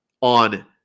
on